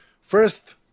first